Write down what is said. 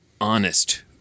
honest